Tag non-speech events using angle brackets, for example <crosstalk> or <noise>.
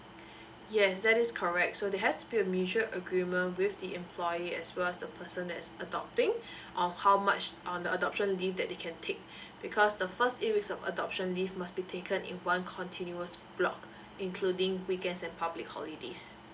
<breath> yes that is correct so there has to be a mutual agreement with the employee as well as the person that is adopting <breath> on how much on the adoption leave that they can take <breath> because the first eight weeks of adoption leave must be taken in one continuous block including weekends and public holidays